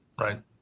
Right